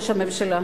ראש הממשלה.